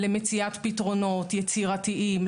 למציאת פתרונות יצירתיים,